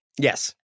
Yes